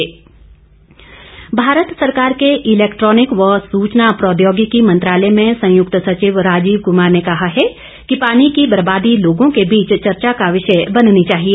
राजीव कुमार भारत सरकार के इलेक्ट्रॉनिक व सुचना प्रौद्योगिकी मंत्रालय में संयुक्त सचिव राजीव कमार ने कहा है कि पानी की बर्बादी लोगों के बीच चर्चा को विषय बननी चाहिए